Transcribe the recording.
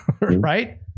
right